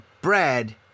bread